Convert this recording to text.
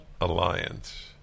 Alliance